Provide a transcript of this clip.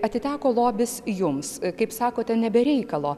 atiteko lobis jums kaip sakote ne be reikalo